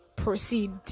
Proceed